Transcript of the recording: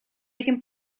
этим